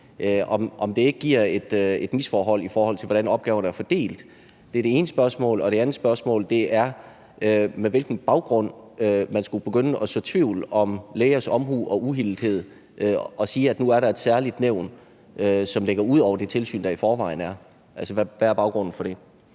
om det ikke giver et misforhold, i forhold til hvordan opgaverne er fordelt. Det er det ene spørgsmål. Det andet spørgsmål er, med hvilken baggrund man skulle begynde at så tvivl om lægers omhu og uhildethed og sige, at der nu er et særligt nævn, som ligger ud over det tilsyn, der er der i forvejen. Altså, hvad er baggrunden for det?